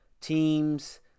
teams